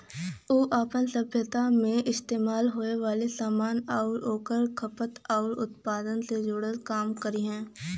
उ आपन सभ्यता मे इस्तेमाल होये वाले सामान आउर ओकर खपत आउर उत्पादन से जुड़ल काम करी